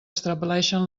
establixen